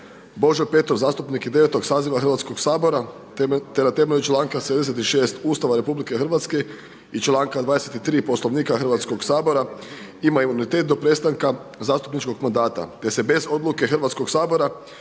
Božo Petrov zastupnik je 9. saziva Hrvatskog sabora te na temelju članka 76. Ustava RH i članka 23. Poslovnika Hrvatskog sabora ima imunitet do prestanka zastupničkog mandata, te se bez odluke Hrvatskog sabora